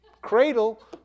cradle